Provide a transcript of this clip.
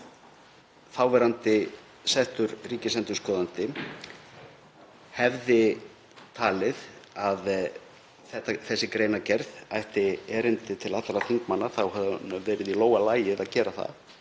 þáverandi settur ríkisendurskoðandi hefði talið að þessi greinargerð ætti erindi til allra þingmanna þá hefði honum verið í lófa lagið að gera það.